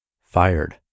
fired